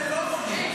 זה לא מונע.